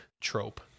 trope